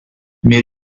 mais